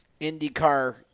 IndyCar